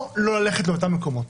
או לא ללכת לאותם מקומות.